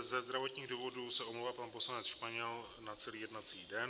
Ze zdravotních důvodů se omlouvá pan poslanec Španěl na celý jednací den.